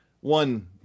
One